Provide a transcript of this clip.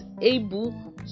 able